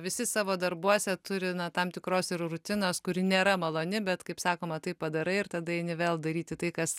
visi savo darbuose turi tam tikros ir rutinos kuri nėra maloni bet kaip sakoma tai padarai ir tada eini vėl daryti tai kas